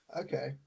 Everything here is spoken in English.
Okay